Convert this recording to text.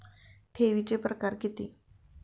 ठेवीचे प्रकार किती?